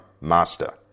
Master